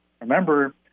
Remember